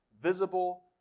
visible